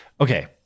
okay